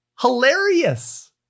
hilarious